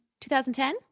2010